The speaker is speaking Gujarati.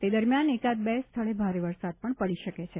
તે દરમ્યાન એકાદ બે સ્થળે ભારે વરસાદ પણ પડી શકે છે